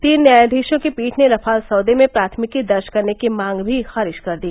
तीन न्यायाधीशों की पीठ ने रफाल सौदे में प्राथमिकी दर्ज करने की मांग भी खारिज कर दी